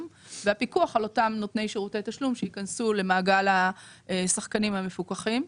והפיקוח על אותם נותני שירותי תשלום שייכנסו למעגל השחקנים המפוקחים.